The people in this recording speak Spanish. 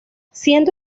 siendo